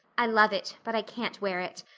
i love it, but i can't wear it.